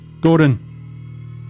Gordon